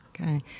Okay